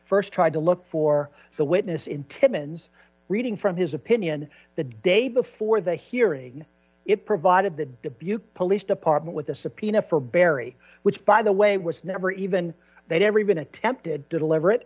st tried to look for the witness in to mins reading from his opinion the day before the hearing it provided the dubuque police department with a subpoena for barry which by the way was never even they never even attempted to deliver it